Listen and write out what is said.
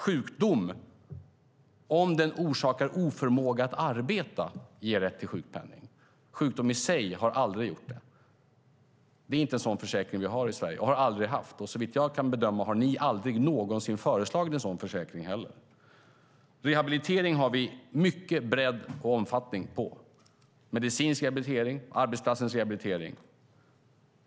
Sjukdom ger rätt till sjukpenning om den orsakar oförmåga att arbeta. Sjukdom i sig har aldrig gjort det. En sådan försäkring har vi inte i Sverige, och vi har aldrig haft det. Såvitt jag kan bedöma har ni aldrig någonsin föreslagit en sådan försäkring heller. Vi har mycket bredd och omfattning på rehabiliteringen. Vi har medicinsk rehabilitering och arbetsplatsrehabilitering.